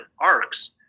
arcs